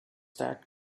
that